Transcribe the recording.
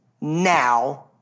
now